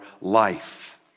life